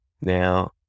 now